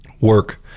work